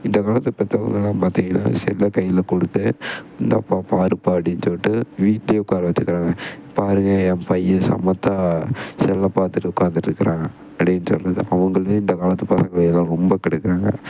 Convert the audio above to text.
இந்த காலத்து பெற்றவங்களாம் பார்த்திங்கன்னா செல்லை கையில் கொடுத்து இந்தாப்பா பாருப்பா அப்படின்னு சொல்லிட்டு வீட்லேயே உக்கார வச்சுக்கிறாங்க பாருங்க என் பையன் சமத்தாக செல்லை பார்த்துட்டு உக்காந்துட்டு இருக்கிறான் அப்படின்னு சொல்வது அவங்களே இந்த காலத்து பசங்களை எல்லாம் ரொம்ப கெடுக்கிறாங்க